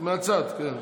מהצד, כן.